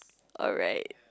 alright